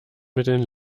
mitteln